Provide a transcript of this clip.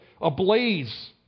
ablaze